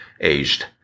aged